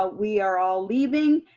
ah we are all leaving,